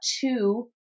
two